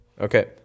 Okay